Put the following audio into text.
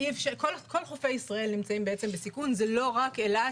כל חופי ישראל נמצאים בסיכון, זה לא רק אילת.